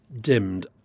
dimmed